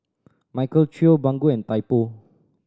Michael Trio Baggu and Typo